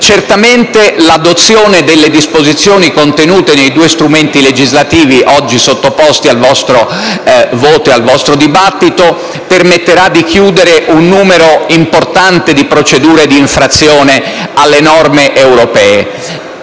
Certamente l'adozione delle disposizioni contenute nei due strumenti legislativi oggi sottoposti al vostro voto e al vostro dibattito permetterà di chiudere un numero importante di procedure di infrazione alle norme europee